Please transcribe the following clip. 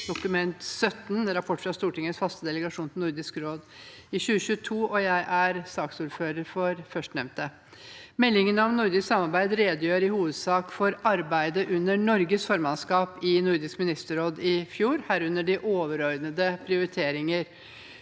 2022–2023, Rapport fra Stortingets faste delegasjon til Nordisk råd 2022. Jeg er saksordfører for førstnevnte sak. Meldingen om nordisk samarbeid redegjør i hovedsak for arbeidet under Norges formannskap i Nordisk ministerråd i fjor, herunder de overordnede prioriteringene